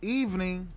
evening